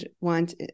want